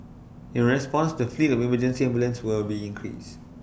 in response the fleet of emergency ambulances will be increased